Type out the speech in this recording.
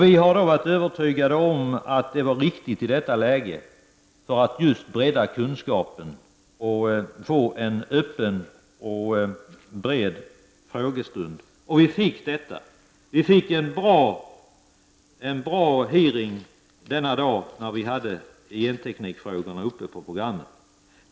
Vi var övertygade om att vår ståndpunkt i detta läge var riktig. Det blev en bra utfrågning denna dag, då vi hade genteknikfrågorna på programmet.